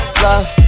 love